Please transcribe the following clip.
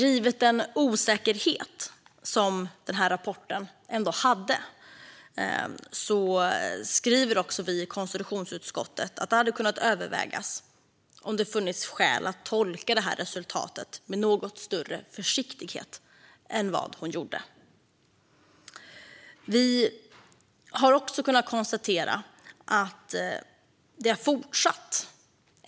Givet rapportens osäkerhet skriver också vi i konstitutionsutskottet att det hade kunnat övervägas om det hade funnits skäl att tolka det här resultatet med något större försiktighet än vad statsrådet gjorde. Vi har också kunnat konstatera att det har fortsatt.